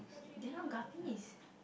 they are not guppies